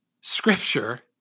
Scripture